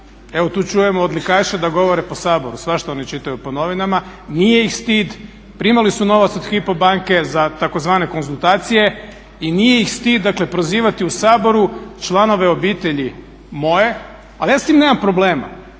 Evo tu čujemo odlikaše da govore po Saboru, svašta oni čitaju po novinama. Nije ih stid, primali su novac od Hypo banke za tzv. konzultacije i nije ih stid, dakle prozivati u Saboru članove obitelji moje. Ali ja s time nemam problema.